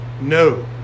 no